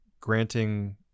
granting